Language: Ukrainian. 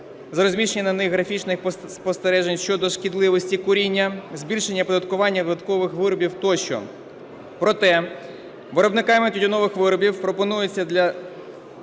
розміщення на них графічних спостережень щодо шкідливості куріння, збільшення оподаткування додаткових виробів тощо. Проте виробниками тютюнових виробів пропонуються для